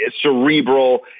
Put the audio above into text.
cerebral